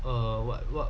err what what